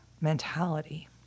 mentality